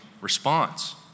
response